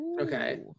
okay